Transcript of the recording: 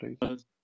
Please